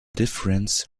difference